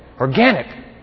Organic